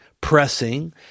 pressing